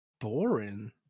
boring